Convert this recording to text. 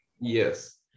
Yes